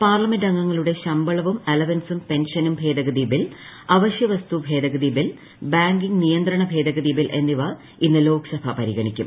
പാർലമെന്റംഗങ്ങളുടെ ശമ്പളവും അലവൻസും പെൻഷനും ഭേദഗതി ബിൽ അവശൃ വസ്തു ഭേദഗതി ബിൽ ബാങ്കിംഗ് നിയന്ത്രണ ഭേദഗതി ബിൽ എന്നിവ ഇന്ന് ലോക്സഭ പരിഗണിക്കും